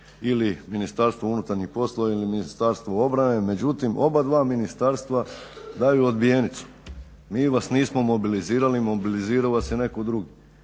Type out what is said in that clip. ili Ministarstvo unutarnjih poslova ili Ministarstvo obrane. Međutim, oba dva ministarstva daju odbijenicu. Mi vas nismo mobilizirali, mobilizirao vas je netko drugi.